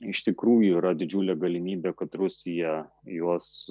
iš tikrųjų yra didžiulė galimybė kad rusija juos